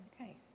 Okay